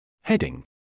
Heading